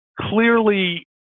clearly